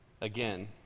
again